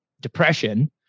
depression